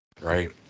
right